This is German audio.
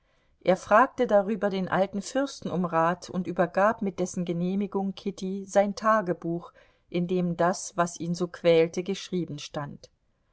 er fragte darüber den alten fürsten um rat und übergab mit dessen genehmigung kitty sein tagebuch in dem das was ihn so quälte geschrieben stand